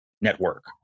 Network